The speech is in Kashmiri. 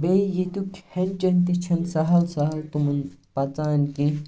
بیٚیہِ ییٚتُک کھٮ۪ن چین تہِ چھُ نہٕ سَہل سَہل تمَن پَژان کینہہ